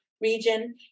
region